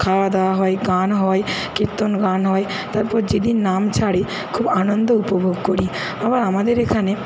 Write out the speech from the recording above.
খাওয়া দাওয়া হয় গান হয় কেত্তন গান হয় তারপর যেদিন নাম ছাড়ে খুব আনন্দ উপভোগ করি আবার আমাদের এখানে